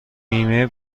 بیمه